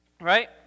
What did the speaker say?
right